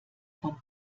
von